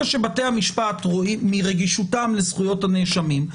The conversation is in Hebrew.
שבתי המשפט מרגישותם לזכויות הנאשמים,